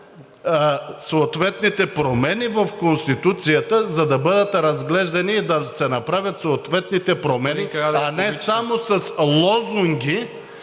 съответните промени в Конституцията, за да бъдат разглеждани и да се направят съответните промени, ... ПРЕДСЕДАТЕЛ